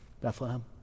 Bethlehem